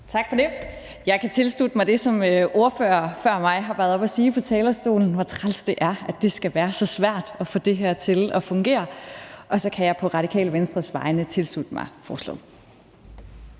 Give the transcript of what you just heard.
Tak for det. Jeg kan tilslutte mig det, som ordførere før mig har været oppe at sige på talerstolen, om, hvor træls det er, at det skal være så svært at få det her til at fungere. Og så kan jeg på Radikales Venstres vegne tilslutte mig forslaget.